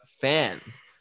fans